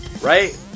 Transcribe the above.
Right